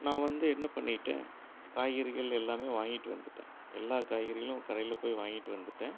நான் வந்து என்ன பண்ணிவிட்டேன் காய்கறிகள் எல்லாமே வாங்கிகிட்டு வந்துவிட்டேன் எல்லா காய்கறிகளும் கடையில போய் வாங்கிகிட்டு வந்துவிட்டேன்